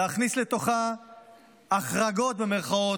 להכניס לתוכה "החרגות", במירכאות,